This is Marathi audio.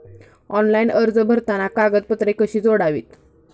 ऑनलाइन अर्ज भरताना कागदपत्रे कशी जोडावीत?